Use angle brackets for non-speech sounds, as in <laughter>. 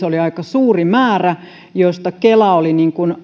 <unintelligible> oli aika suuri määrä josta kela oli